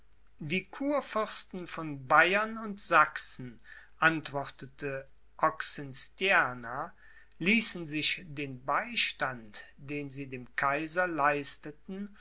die kurfürsten von bayern und sachsen antwortete oxenstierna ließen sich den beistand den sie dem kaiser leisteten